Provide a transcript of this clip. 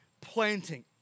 planting